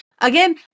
Again